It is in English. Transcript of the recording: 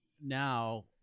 now